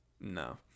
No